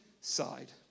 side